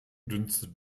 dünstet